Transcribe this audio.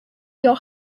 your